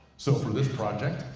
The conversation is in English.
so for this project,